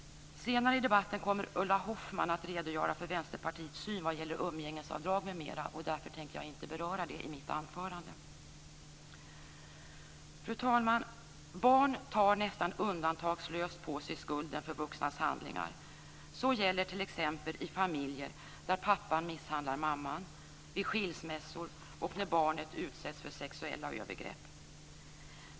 Senare i debatten kommer Ulla Hoffmann att redogöra för Vänsterpartiets syn på umgängesavdrag m.m. Därför tänker jag inte beröra det i mitt anförande. Fru talman! Barn tar nästan undantagslöst på sig skulden för vuxnas handlingar. Det gäller t.ex. i familjer där pappan misshandlar mamman, vid skilsmässor och när barnet utsätts för sexuella övergrepp.